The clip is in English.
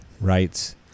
rights